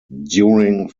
during